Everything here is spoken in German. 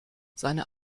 seine